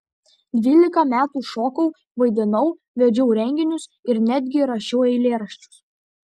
dvylika metų šokau vaidinau vedžiau renginius ir netgi rašiau eilėraščius